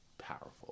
powerful